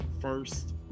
first